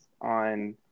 on